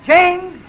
James